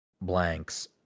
Blanks